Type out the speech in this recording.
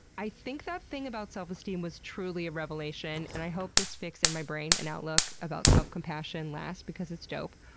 i think that thing about self-esteem was truly a revelation, and i hope this fix in my brain my and outlook about self compassion lasts because it's dope.